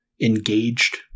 engaged